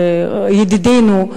ידידינו,